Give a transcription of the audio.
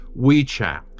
WeChat